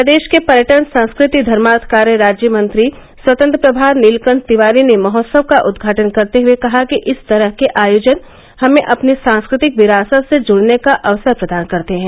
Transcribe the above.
प्रदेश के पर्यटन संस्कृति धर्मार्थ कार्य राज्य मंत्री स्वतंत्र प्रभार नीलकंठ तिवारी ने महोत्सव का उद्घाटन करते हुए कहा कि इस तरह के आयोजन हमें अपनी सांस्कृतिक विरासत से जुड़ने का अवसर प्रदान करते हैं